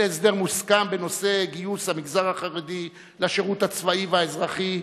להסדר מוסכם בנושא גיוס המגזר החרדי לשירות הצבאי והאזרחי,